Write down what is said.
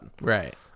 Right